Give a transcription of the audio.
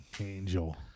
angel